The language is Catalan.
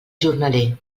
jornaler